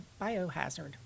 biohazard